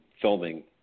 filming